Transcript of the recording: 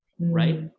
Right